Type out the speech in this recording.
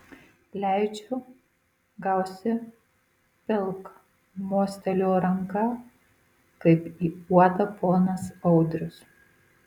leidžiu gausi pilk mostelėjo ranka kaip į uodą ponas audrius